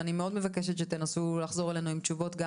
ואני מאוד מבקשת שתנסו לחזור אלינו עם תשובות גם